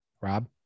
Rob